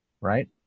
right